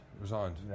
Resigned